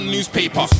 Newspaper